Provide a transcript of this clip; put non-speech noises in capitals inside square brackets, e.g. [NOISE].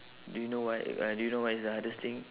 do you know why [NOISE] uh do you know why it's the hardest thing